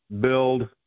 build